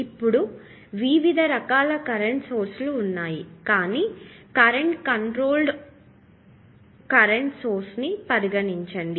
ఇప్పుడు వివిధ రకాల కంట్రోల్ సోర్స్ లు ఉన్నాయి కానీ ఇప్పుడు కరెంట్ కంట్రోల్డ్ కరెంట్ సోర్స్ ని పరిగణించండి